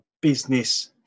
business